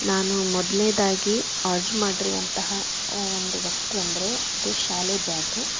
ನಾನು ಮೊದಲ್ನೇದಾಗಿ ಆರ್ಡರ್ ಮಾಡಿರುವಂತಹ ಒಂದು ವಸ್ತು ಅಂದರೆ ಅದು ಶಾಲೆ ಬ್ಯಾಗ್